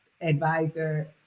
advisor